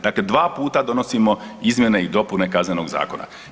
Dakle 2 puta donosimo izmjene i dopune Kaznenog zakona.